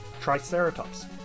Triceratops